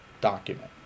document